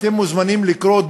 אתם מוזמנים לקרוא,